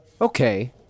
Okay